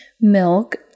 milk